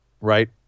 Right